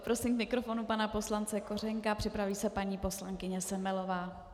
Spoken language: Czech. Poprosím k mikrofonu pana poslance Kořenka, připraví se paní poslankyně Semelová.